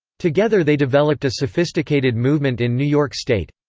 together they developed a sophisticated movement in new york state,